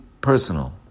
personal